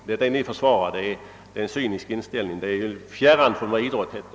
Det ni försvarar är en cynisk inställning. Det är fjärran från allt vad idrott heter.